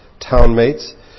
townmates